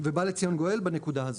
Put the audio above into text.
ובא לציון גואל בנקודה הזו.